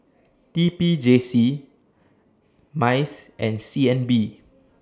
T P J C Mice and C N B